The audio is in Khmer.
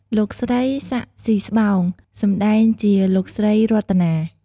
លោកស្រី សាក់ ស៊ីស្បោង សម្តែងជា លោកស្រីរតនា។